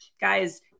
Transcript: guys